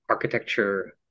architecture